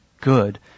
good